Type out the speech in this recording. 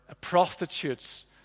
prostitutes